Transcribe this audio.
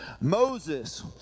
Moses